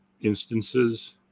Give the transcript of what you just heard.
instances